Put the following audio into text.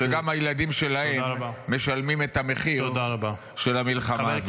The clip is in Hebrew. שגם הילדים שלהם משלמים את המחיר של המלחמה הזאת.